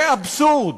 זה אבסורד.